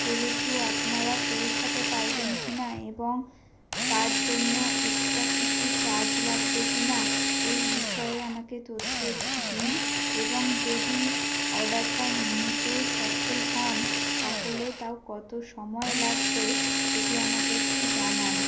সেহেতু আপনারা পৌঁছাতে পারবেন কিনা এবং তার জন্য এক্সট্রা কিছু চার্জ লাগবে কিনা এই বিষয়ে আমাকে তথ্য দিন এবং যদি অর্ডারটা নিতেও সফল হন তাহলে তাও কত সময় লাগবে সেটি আমাকে একটু জানান